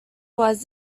was